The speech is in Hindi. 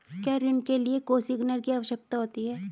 क्या ऋण के लिए कोसिग्नर की आवश्यकता होती है?